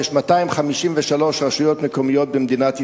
יש 253 רשויות מקומיות במדינת ישראל,